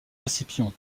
récipient